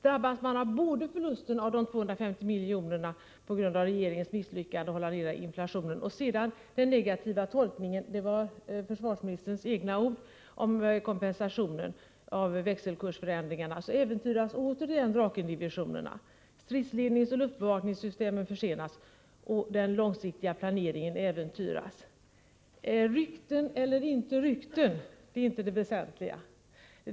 Drabbas man av förlusten på omkring 250 milj.kr. på grund av regeringens misslyckande med att hålla inflationen nere och sedan även av en negativ tolkning — det är försvarsministerns egna ord — av kompensationen för bl.a. växelkursförändringarna, äventyras åter Drakendivisionerna. Stridsledningsoch luftbevakningssystemen försenas. Den långsiktiga planeringen äventyras. Rykten eller inte rykten är inte det väsentliga.